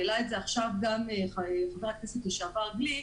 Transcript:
והעלה את זה עכשיו חבר הכנסת לשעבר גליק,